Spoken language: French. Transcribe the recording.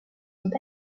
sont